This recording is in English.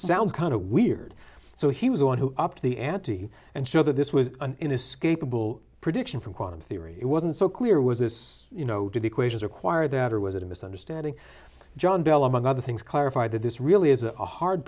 sounds kind of weird so he was the one who upped the ante and show that this was an inescapable prediction from quantum theory it wasn't so clear was this you know do the equations require that or was it a misunderstanding john bell among other things clarify that this really is a hard